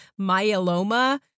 myeloma